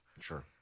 Sure